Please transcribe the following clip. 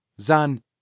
Zan